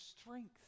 strength